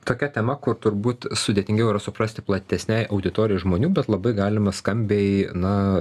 tokia tema kur turbūt sudėtingiau yra suprasti platesnei auditorijai žmonių bet labai galima skambiai na